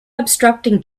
obstructing